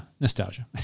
nostalgia